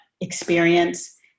experience